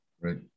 right